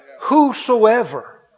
Whosoever